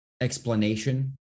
explanation